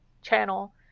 channel